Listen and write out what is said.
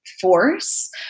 force